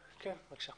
כאן.